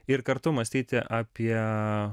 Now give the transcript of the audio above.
ir kartu mąstyti apie